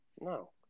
No